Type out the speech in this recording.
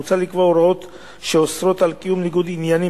מוצע לקבוע הוראות שאוסרות על קיום ניגוד עניינים